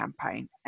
campaign